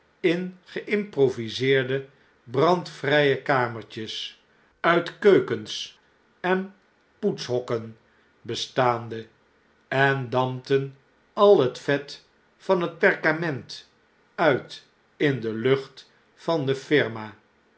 in geimproviseerde drandvrije kamertjes uit keukens enpoetshokken bestaande en dampten al het vet van het perkament uit in lucht van de firma